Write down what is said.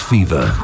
Fever